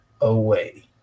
away